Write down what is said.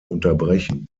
unterbrechen